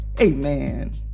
Amen